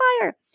fire